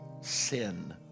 sin